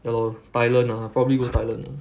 ya lor thailand ah probably go thailand